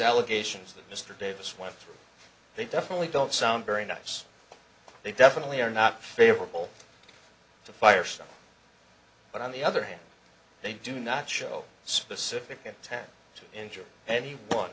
allegations that mr davis went through they definitely don't sound very nice they definitely are not favorable to firestone but on the other hand they do not show specific intent to injure any one